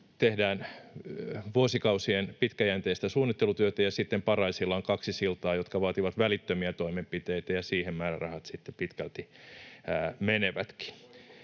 tehdään vuosikausien pitkäjänteistä suunnittelutyötä, ja sitten Paraisilla on kaksi siltaa, jotka vaativat välittömiä toimenpiteitä, ja siihen määrärahat sitten pitkälti menevätkin.